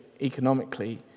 economically